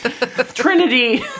Trinity